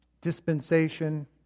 dispensation